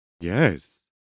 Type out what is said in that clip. Yes